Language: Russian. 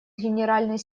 генеральный